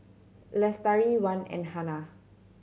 Lestari Wan and Hana